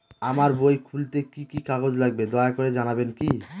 আমার বই খুলতে কি কি কাগজ লাগবে দয়া করে জানাবেন কি?